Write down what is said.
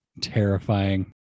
Terrifying